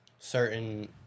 Certain